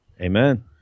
Amen